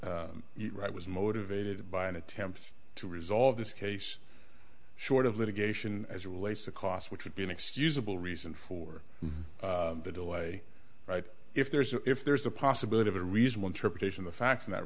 i was motivated by an attempt to resolve this case short of litigation as it relates to costs which would be inexcusable reason for the delay right if there's if there's a possibility of a reasonable interpretation the facts in that